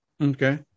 Okay